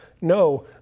No